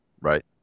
right